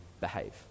behave